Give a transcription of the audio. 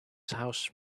house